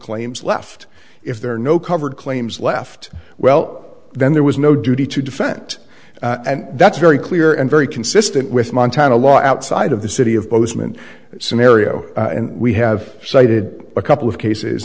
claims left if there are no covered claims left well then there was no duty to defend and that's very clear and very consistent with montana law outside of the city of bozeman scenario and we have cited a couple of cases